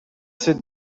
sit